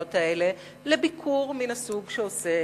הרעיונות האלה לביקור מן הסוג שעושה